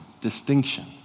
distinction